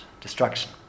destruction